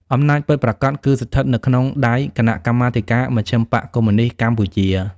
អំណាចពិតប្រាកដគឺស្ថិតនៅក្នុងដៃ «គណៈកម្មាធិការមជ្ឈិមបក្សកុម្មុយនីស្តកម្ពុជា»។